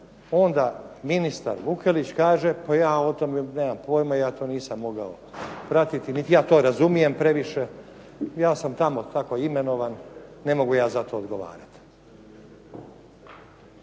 onda ministar Vukelić kaže pa ja o tome nemam pojma, ja to nisam mogao pratiti, niti ja to razumijem previše. Ja sam tamo tako imenovan, ne mogu ja za to odgovarati.